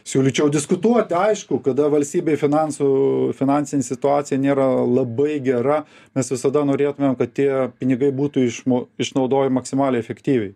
siūlyčiau diskutuoti aišku kada valstybė finansų finansinė situacija nėra labai gera mes visada norėtumėm kad tie pinigai būtų išmo išnaudojami maksimaliai efektyviai